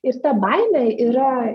ir ta baimė yra